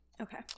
Okay